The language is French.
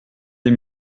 des